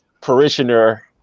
parishioner